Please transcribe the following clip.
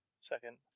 Second